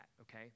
Okay